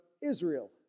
Israel